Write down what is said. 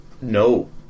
No